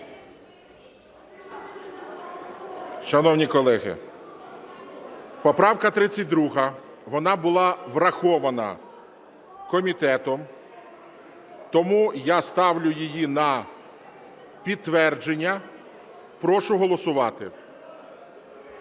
Шановні колеги, поправка 32, вона була врахована комітетом. Тому я ставлю її на підтвердження. Прошу голосувати.